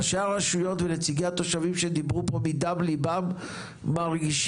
ראשי הרשויות ונציגי התושבים שדיברו פה מדם ליבם מרגישים